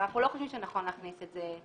ואנחנו לא חושבים שנכון להכניס את זה.